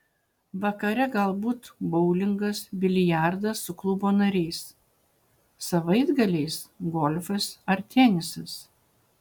vakare galbūt boulingas biliardas su klubo nariais savaitgaliais golfas ar tenisas